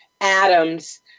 Adams